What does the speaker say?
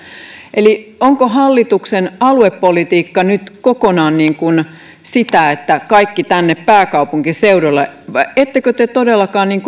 eli onko hallituksen aluepolitiikka nyt kokonaan sitä että kaikki tänne pääkaupunkiseudulle ettekö te todellakaan